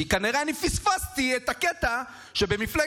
כי כנראה אני פספסתי את הקטע שבמפלגת